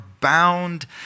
bound